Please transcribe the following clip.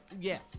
Yes